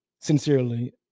sincerely